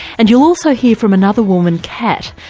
and you'll also hear from another woman, kat,